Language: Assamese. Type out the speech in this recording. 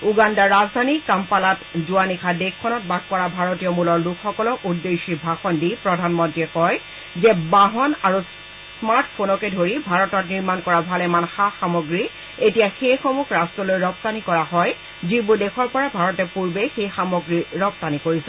উগাণ্ডাৰ ৰাজধানী কাম্পালাত যোৱা নিশা দেশখনত বাস কৰা ভাৰতীয় মূলৰ লোকসকলক উদ্দেশ্যি ভাষণ দি প্ৰধানমন্ত্ৰীয়ে কয় যে বাহন আৰু স্মাৰ্ট ফোনকে ধৰি ভাৰতত নিৰ্মাণ কৰা ভালেমান সা সামগ্ৰী এতিয়া সেইসমূহ ৰাট্টলৈ ৰপ্তানী কৰা হয় যিবোৰ দেশৰ পৰা ভাৰতে পূৰ্বে সেই সামগ্ৰী আমদানী কৰিছিল